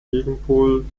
gegenpol